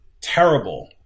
terrible